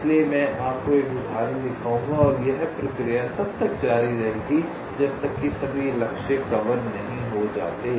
इसलिए मैं आपको एक उदाहरण दिखाऊंगा और यह प्रक्रिया तब तक जारी रहेगी जब तक कि सभी लक्ष्य कवर नहीं हो जाते